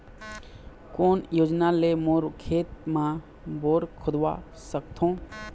कोन योजना ले मोर खेत मा बोर खुदवा सकथों?